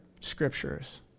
scriptures